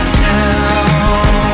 town